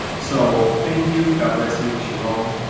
so thank you. god bless you, shalom.